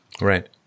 Right